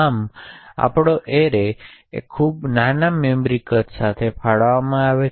આમ મારો એરે ખૂબ નાના મેમરી કદ સાથે ફાળવવામાં આવે છે